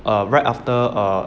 err right after err